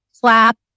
clap